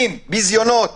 ביזיונות